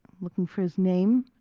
looking for his name,